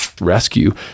Rescue